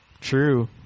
True